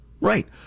Right